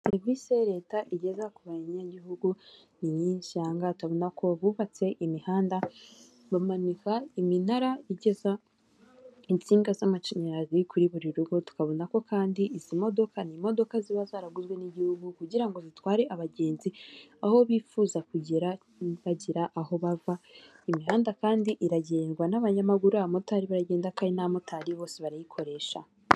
Serivisi leta igeze ku banyagihugu, nibona ko bubatse imihanda bamanika iminara igeza insinga z'amashanyarazi kuri buri rugo, tukabona ko kandi izi modoka ni imodoka ziba zaraguzwe n'igihugu kugira ngo zitware abagenzi aho bifuza kugera bagira aho bava, imihanda kandi iragengwa n'abanyamaguru, amamotari baragenda kandiyi n'abamotari bose barayikoresha.